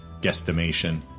guesstimation